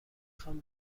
خوام